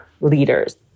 leaders